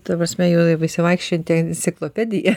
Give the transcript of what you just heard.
ta prasme jau esi vaikščiojanti enciklopedija